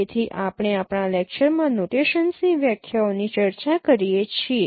તેથી આપણે આપણા લેક્ચરમાં નોટેશન્સની વ્યાખ્યાઓની ચર્ચા કરીએ છીએ